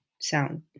sound